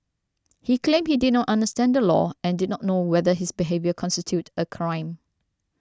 he claimed he did not understand the law and did not know whether his behaviour constituted a crime